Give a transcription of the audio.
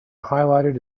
highlighted